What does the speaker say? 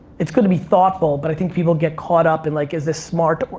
it's gotta be thoughtful, but i think people get caught up in like, is this smart?